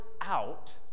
out